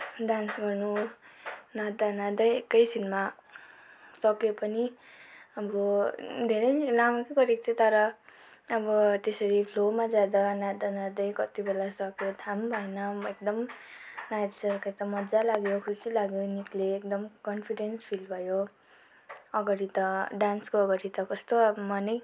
dance गर्नु नाच्दा नाच्दै एकैछिनमा सकियो पनि अब धेरै नै लामो चाहिँ गरेको थिएँ तर अब त्यसरी फ्लोमा जाँदा नाच्दा नाच्दै कति बेला सकियो थाहा पनि पाइनँ म एकदम नाचिसकेर त मजा लाग्यो खुसी लाग्यो निस्केँ एकदम कन्फिडेन्स फिल भयो अगाडि त डान्सको अगाडि त कस्तो अब मनै